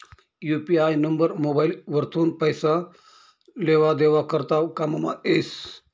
UPI number mobile वरथून पैसा लेवा देवा करता कामंमा येस